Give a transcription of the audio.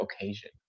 occasion